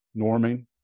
norming